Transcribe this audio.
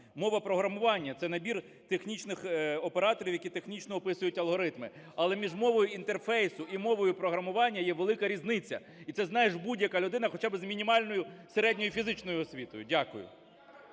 Мова програмування – це набір технічних операторів, які технічно описують алгоритми. Але між мовою інтерфейсу і мовою програмування є велика різниця. І це знає будь-яка людина хоча би з мінімальною середньою фізичною освітою. Дякую.